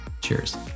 Cheers